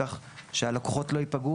כך שהלקוחות לא ייפגעו,